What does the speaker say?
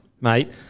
mate